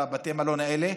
בבתי המלון האלה,